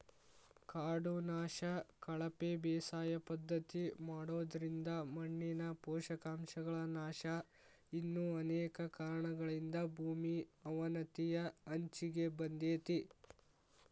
ಕಾಡು ನಾಶ, ಕಳಪೆ ಬೇಸಾಯ ಪದ್ಧತಿ ಮಾಡೋದ್ರಿಂದ ಮಣ್ಣಿನ ಪೋಷಕಾಂಶಗಳ ನಾಶ ಇನ್ನು ಅನೇಕ ಕಾರಣಗಳಿಂದ ಭೂಮಿ ಅವನತಿಯ ಅಂಚಿಗೆ ಬಂದೇತಿ